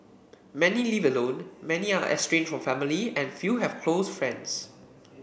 many live alone many are estranged from family and few have close friends